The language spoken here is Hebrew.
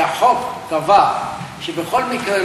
כי החוק קבע שבכל מקרה,